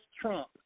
trump